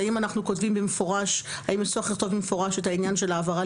האם יש צורך לכתוב במפורש את העניין של ההעברה